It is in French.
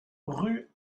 rue